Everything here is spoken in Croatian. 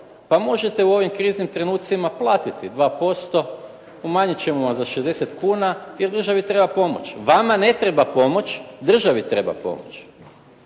pa možete u ovim kriznim trenucima platiti 2%, umanjit ćemo vam za 60 kuna jer državi treba pomoć. Vama ne treba pomoć, državi treba pomoć.